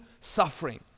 suffering